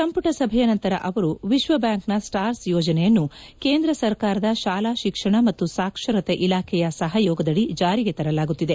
ಸಂಪುಟ ಸಭೆಯ ನಂತರ ಅವರು ವಿಶ್ವಬ್ಯಾಂಕ್ನ ಸ್ಟಾರ್ಸ್ ಯೋಜನೆಯನ್ನು ಕೇಂದ್ರ ಸರ್ಕಾರದ ಶಾಲಾ ಶಿಕ್ಷಣ ಮತ್ತು ಸಾಕ್ಷರತೆ ಇಲಾಖೆಯ ಸಹಯೋಗದದಿ ಜಾರಿಗೆ ತರಲಾಗುತ್ತಿದೆ